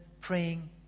praying